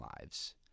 lives